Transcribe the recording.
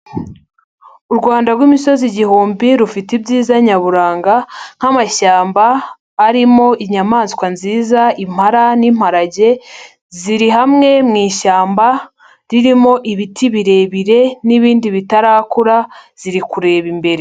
U Rwanda rw'imisozi igihumbi rufite ibyiza nyaburanga nk'amashyamba arimo inyamaswa nziza impara n'imparage, ziri hamwe mu ishyamba ririmo ibiti birebire n'ibindi bitarakura, ziri kureba imbere.